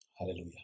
Hallelujah